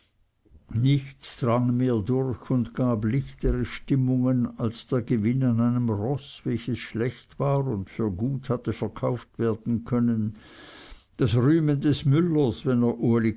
nichts drang mehr durch und gab lichtere stimmungen als der gewinn an einem roß welches schlecht war und für gut hatte verkauft werden können das rühmen des müllers wenn er